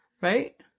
right